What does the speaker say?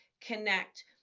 connect